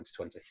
2020